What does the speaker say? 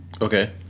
Okay